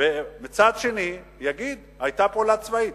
מצד שני, יגיד: היתה פעולה צבאית.